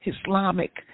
Islamic